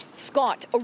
Scott